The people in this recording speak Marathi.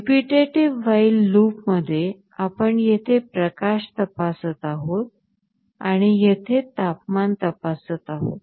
रिपीटेटीव्ह while लूपमध्ये आपण येथे प्रकाश तपासत आहोत आणि येथे तापमान तपासत आहोत